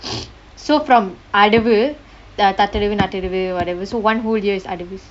so from adavu tatta adavu tatta அடவு:adavu tatta adavu tatta adavu whatever so one whole year is அடவு:adavu